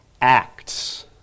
acts